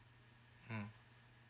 hmm